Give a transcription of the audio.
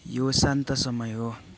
यो शान्त समय हो